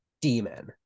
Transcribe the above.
demon